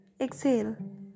exhale